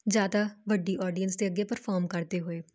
ਜ਼ਿਆਦਾ ਵੱਡੀ ਆਡੀਅੰਸ ਦੇ ਅੱਗੇ ਪਰਫੋਰਮ ਕਰਦੇ ਹੋਏ